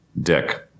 dick